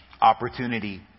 opportunity